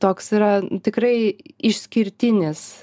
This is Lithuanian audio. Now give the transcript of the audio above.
toks yra tikrai išskirtinis